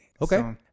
Okay